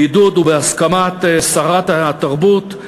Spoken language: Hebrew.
בעידוד ובהסכמת שרת התרבות,